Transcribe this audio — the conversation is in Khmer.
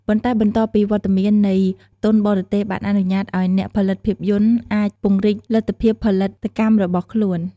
ប៉ុន្តែបន្ទាប់ពីវត្តមាននៃ ទុនបរទេស បានអនុញ្ញាតឱ្យអ្នកផលិតភាពយន្តអាច ពង្រីកលទ្ធភាពផលិតកម្មរបស់ខ្លួន។